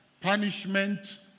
punishment